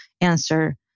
answer